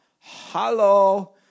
Hello